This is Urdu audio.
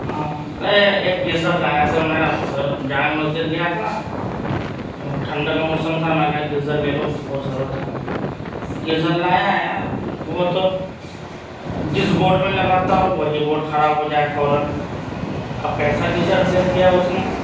ہاں ارے ایک گیزر لایا تھا میں وہ سر جامع مسجد گیا تھا وہ ٹھنڈ کا موسم تھا میں کہا گیزر لے لوں بہت ضرورت ہے گیزر لایا یار وہ تو جس بورڈ میں لگاتا ہوں وہی بورڈ خراب ہو جائے فوراً اب کیسا گیزر دے دیا اس نے